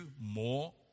more